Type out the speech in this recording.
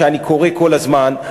שאני קורא כל הזמן,